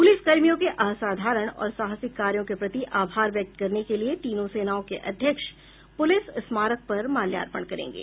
police कर्मियों के असाधारण और साहसिक कार्यों के प्रति आभार व्यक्त करने के लिए तीनों सेनाओं के अध्यक्ष पुलिस स्मारक पर माल्यार्पण करेंगे